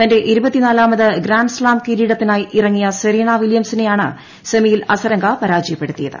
തന്റെ ഇരുപത്തിനാലാമത് ഗ്രാൻഡ്സ്സാം കിരീടത്തിനായി ഇറങ്ങിയ സെറീന വില്യംസിനെ ആണ് സെമിയിൽ അസരങ്ക പരാജയപ്പെടുത്തിയത്